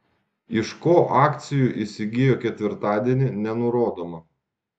iš ko akcijų įsigijo ketvirtadienį nenurodoma